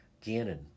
Gannon